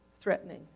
threatening